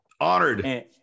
honored